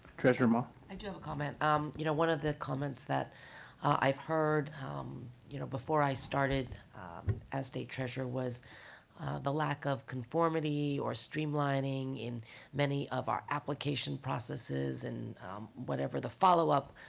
treasurer ma? i do have a comment. um you know one of the comments that i've heard um you know before i started as state treasurer was the lack of conformity or streamlining in many of our application processes and whatever the follow-up